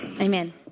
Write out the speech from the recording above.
Amen